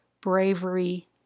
bravery